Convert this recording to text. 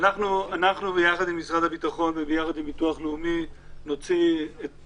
ביטוח לאומי יפיץ את